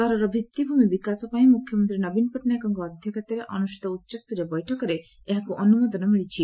ସହରର ଭିଭିମି ବିକାଶ ପାଇଁ ମୁଖ୍ୟମନ୍ତୀ ନବୀନ ପଟ୍ଟନାୟକଙ୍କ ଅଧ୍ୟକ୍ଷତାରେ ଅନୁଷିତ ଉଚ୍ଚସ୍ତରୀୟ ବୈଠକରେ ଏହାକୁ ଅନୁମୋଦନ ମିଳିଛି